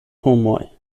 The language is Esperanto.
homoj